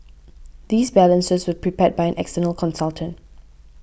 these balances were prepared by an external consultant